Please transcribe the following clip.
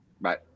Bye